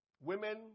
Women